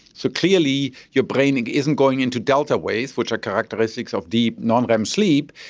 so clearly your brain and isn't going into delta waves, which are characteristics of deep non-rem sleep,